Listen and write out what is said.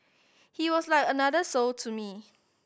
he was like another soul to me